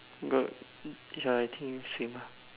got ya I think same lah